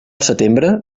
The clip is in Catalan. setembre